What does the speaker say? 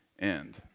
end